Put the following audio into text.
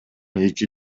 эки